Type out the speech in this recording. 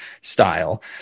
style